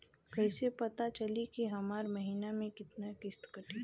कईसे पता चली की हमार महीना में कितना किस्त कटी?